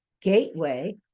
gateway